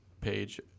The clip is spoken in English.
page